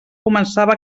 començava